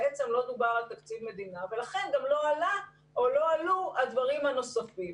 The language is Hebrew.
בעצם לא דובר על תקציב מדינה ולכן גם לא עלו הדברים הנוספים.